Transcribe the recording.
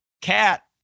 cat